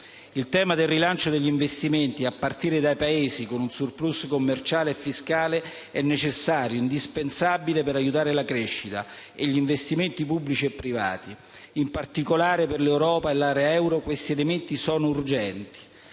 Il tema del rilancio degli investimenti a partire dai Paesi con un *surplus* commerciale e fiscale è necessario ed indispensabile per aiutare la crescita e gli investimenti pubblici e privati. In particolare, per l'Europa e l'area euro questi elementi sono urgenti.